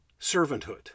servanthood